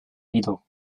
little